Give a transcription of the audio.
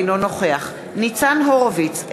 אינו נוכח ניצן הורוביץ,